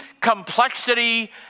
complexity